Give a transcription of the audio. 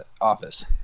office